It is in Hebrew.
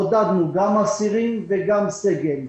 ובודדנו גם אסירים וסגל.